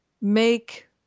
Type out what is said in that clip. make